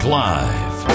live